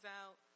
out